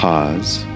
Pause